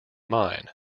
mine